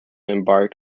embarked